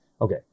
Okay